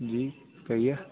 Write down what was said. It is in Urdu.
جی کہیے